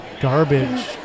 garbage